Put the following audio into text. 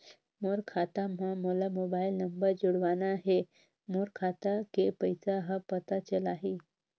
मोर खाता मां मोला मोबाइल नंबर जोड़वाना हे मोर खाता के पइसा ह पता चलाही?